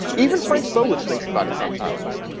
even frank stoltze thinks about it sometimes.